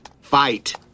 Fight